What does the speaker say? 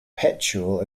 perpetual